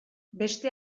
beste